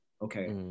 Okay